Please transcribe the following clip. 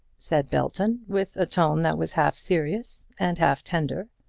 said belton, with a tone that was half serious and half tender.